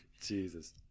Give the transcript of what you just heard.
Jesus